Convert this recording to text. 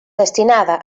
destinada